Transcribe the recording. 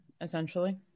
essentially